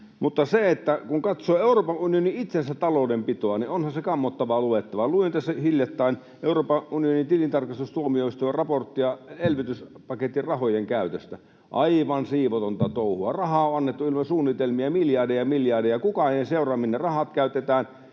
mutta kun katsoo Euroopan unionin itsensä taloudenpitoa, niin onhan se kammottavaa luettavaa. Luin tässä hiljattain Euroopan unionin tilintarkastustuomioistuimen raporttia elvytyspaketin rahojen käytöstä. Aivan siivotonta touhua. Rahaa on annettu ilman suunnitelmia miljardeja ja miljardeja, ja kukaan ei seuraa, minne rahat käytetään.